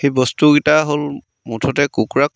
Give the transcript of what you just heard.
সেই বস্তুকেইটা হ'ল মুঠতে কুকুৰাক